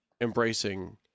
embracing